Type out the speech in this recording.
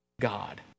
God